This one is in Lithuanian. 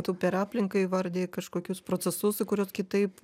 tu per aplinką įvardiji kažkokius procesus kuriuos kitaip